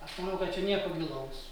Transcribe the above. aš manau kad čia nieko gilaus